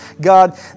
God